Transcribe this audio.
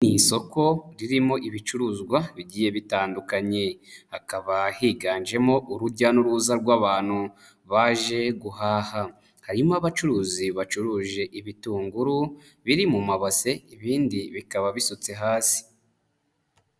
Ni isoko ririmo ibicuruzwa bigiye bitandukanye. Hakaba higanjemo urujya n'uruza rw'abantu baje guhaha. Hari abacuruzi bacuruje ibitunguru biri mu mabase ibindi bikaba bisutse hasi.